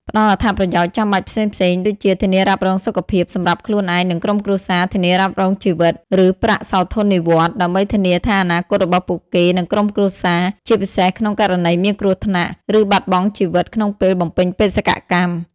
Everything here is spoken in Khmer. ផ្តល់អត្ថប្រយោជន៍ចាំបាច់ផ្សេងៗដូចជា ធានារ៉ាប់រងសុខភាព សម្រាប់ខ្លួនឯង និងក្រុមគ្រួសារ ធានារ៉ាប់រងជីវិត ឬ ប្រាក់សោធននិវត្តន៍ ដើម្បីធានាអនាគតរបស់ពួកគេ និងក្រុមគ្រួសារ ជាពិសេសក្នុងករណីមានគ្រោះថ្នាក់ ឬបាត់បង់ជីវិតក្នុងពេលបំពេញបេសកកម្ម។